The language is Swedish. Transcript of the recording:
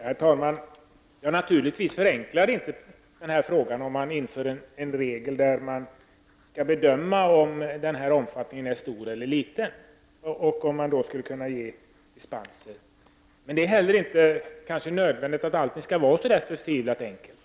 Herr talman! Man förenklar naturligtvis inte denna fråga om man inför en regel där man skall bedöma om vanliga taxiresor sker i liten eller stor omfattning och om man då skall kunna ge dispens. Men det är inte heller nödvändigt att det alltid skall vara så enkelt.